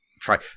try